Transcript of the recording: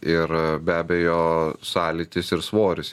ir be abejo sąlytis ir svoris